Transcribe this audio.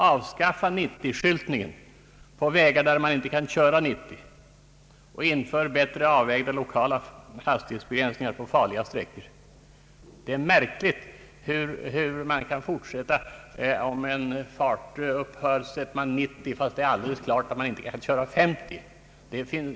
Avskaffa 90-skyltningen på vägar där man inte kan köra 90! Inför bättre avvägda lokala hastighetsbegränsningar på farliga sträckor! Det är märkligt att man på många ställen sätter 90, även om det är klart att man inte kan köra med 50 kilometers hastighet.